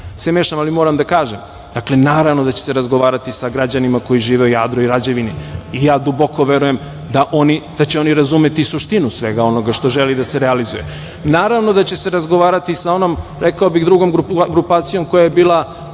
se mešam, ali moram da kažem, naravno da će se razgovarati sa građanima koji žive u Jadru i Rađevini i duboko verujem da će oni razumeti suštinu svega onoga što želi da se realizuje. Naravno da će se razgovarati sa onom, rekao bih, drugom grupacijom koja je bila